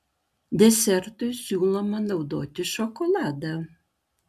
desertui siūloma naudoti šokoladą